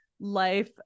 life